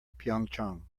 pyeongchang